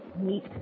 meet